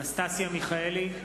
אנסטסטיה מיכאלי,